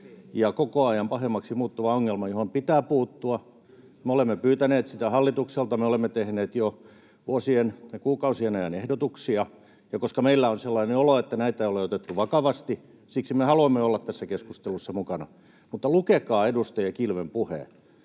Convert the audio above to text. ja koko ajan pahemmaksi muuttuva ongelma, johon pitää puuttua. Me olemme pyytäneet sitä hallitukselta, me olemme tehneet jo vuosien ja kuukausien ajan ehdotuksia, ja koska meillä on sellainen olo, että näitä ei ole otettu vakavasti, me haluamme olla tässä keskustelussa mukana. Lukekaa edustaja Kilven puhe.